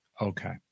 Okay